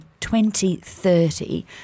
2030